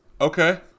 Okay